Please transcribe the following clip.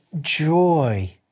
joy